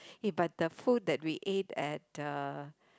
but the food that we ate at uh